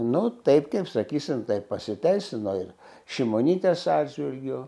nu taip kaip sakysim taip pasiteisino ir šimonytės atžvilgiu